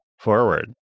forward